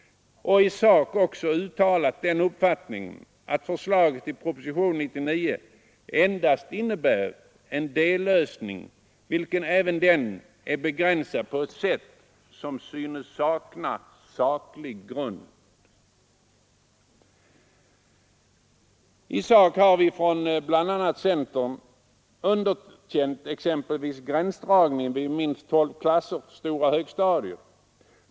Man har också i sak uttalat den uppfattningen att förslaget i propositionen 99 endast innebär en dellösning, vilken även den är begränsad på ett sätt som synes vara utan saklig grund. Från bl.a. centern har vi underkänt exempelvis gränsdragningen vid minst tolv klasser stora högstadier.